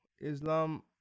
Islam